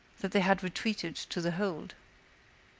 that they had retreated to the hold.